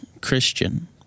Christian